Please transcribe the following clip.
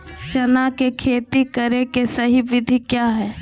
चना के खेती करे के सही विधि की हय?